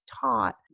taught